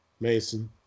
Mason